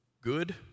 good